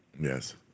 Yes